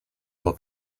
while